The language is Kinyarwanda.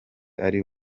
ari